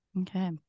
Okay